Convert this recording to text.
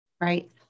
Right